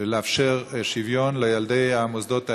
לאפשר שוויון לילדי המוסדות האלה,